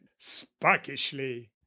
sparkishly